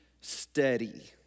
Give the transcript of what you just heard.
steady